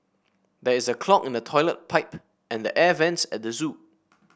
there is a clog in the toilet pipe and the air vents at the zoo